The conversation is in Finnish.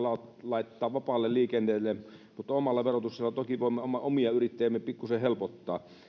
laittaa vapaalle liikenteelle mutta omalla verotuksellamme toki voimme omia yrittäjiämme pikkusen helpottaa